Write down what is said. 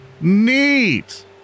Neat